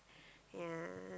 yeah